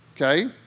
Okay